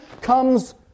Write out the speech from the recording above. comes